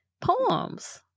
poems